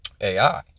AI